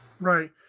Right